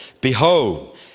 behold